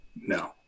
no